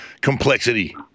complexity